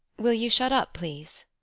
will you shut up, please?